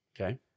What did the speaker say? okay